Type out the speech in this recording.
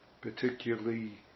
particularly